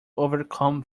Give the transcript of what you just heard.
overcome